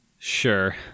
Sure